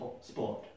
sport